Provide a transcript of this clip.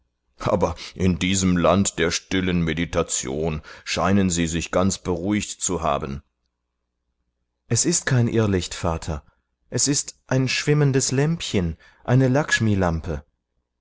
aber in diesem land der stillen medition scheinen sie sich ganz beruhigt zu haben es ist kein irrlicht vater es ist ein schwimmendes lämpchen eine